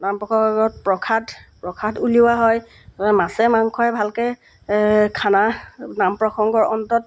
নাম প্ৰসংগত প্ৰসাদ প্ৰসাদ উলিওৱা হয় মাছে মাংসই ভালকৈ খানা নাম প্ৰসংগৰ অন্তত